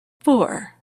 four